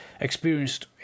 experienced